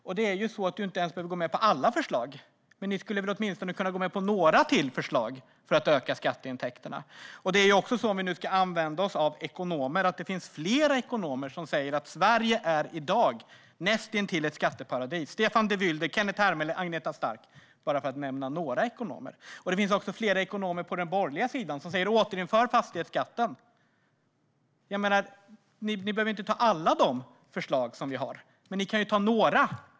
Rasmus Ling behöver inte ens gå med på alla förslag, men ni skulle väl åtminstone kunna gå med på några fler förslag för att öka skatteintäkterna? Ska vi använda oss av ekonomer så finns det flera ekonomer som säger att Sverige i dag näst intill är ett skatteparadis - Stefan de Wylde, Kenneth Hermele och Agneta Stark, bara för att nämna några ekonomer. Det finns också flera ekonomer på den borgerliga sidan som säger: Återinför fastighetsskatten! Ni behöver inte ta alla de förslag som vi har, men ni kan ju ta några.